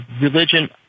religion